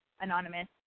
Anonymous